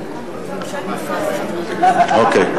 אוקיי,